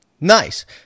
Nice